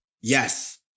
yes